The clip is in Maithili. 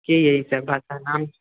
कि अछि भाषा नाम